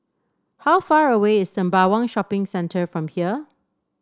how far away is Sembawang Shopping Centre from here